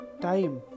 time